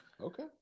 Okay